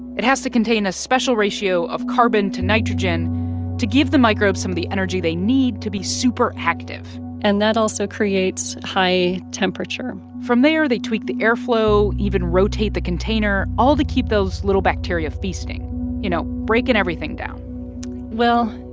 it has to contain a special ratio of carbon to nitrogen to give the microbes some of the energy they need to be super active and that also creates high temperature from there, they tweak the airflow, even rotate the container, all to keep those little bacteria feasting you know, breaking everything down well,